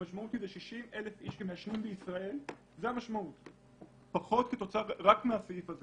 המשמעות היא 60,000 איש שמעשנים בישראל רק מהסעיף הזה